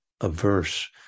averse